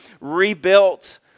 rebuilt